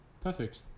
Perfect